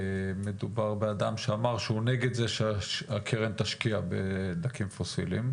מדובר באדם שאמר שהוא נגד זה שהקרן תשקיע בדלקים פוסיליים,